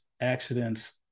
accidents